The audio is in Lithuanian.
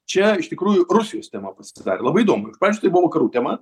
čia iš tikrųjų rusijos tema pasidarė labai įdomu iš pradžių tai buvo vakarų tema